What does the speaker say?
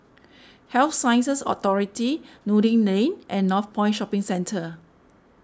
Health Sciences Authority Noordin Lane and Northpoint Shopping Centre